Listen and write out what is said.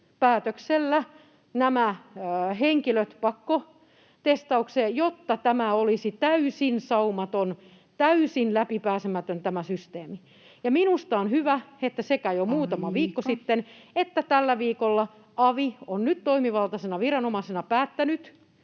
yksilöpäätöksellä nämä henkilöt pakkotestaukseen, jotta tämä systeemi olisi täysin saumaton, täysin läpipääsemätön. [Puhemies: Aika!] Minusta on hyvä, että sekä jo muutama viikko sitten että tällä viikolla avi on toimivaltaisena viranomaisena päättänyt,